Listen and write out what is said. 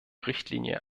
richtlinie